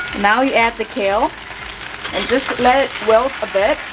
now you add the kale and just let it wilt a bit